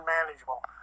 unmanageable